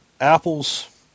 Apple's